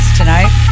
tonight